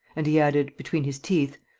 and he added, between his teeth,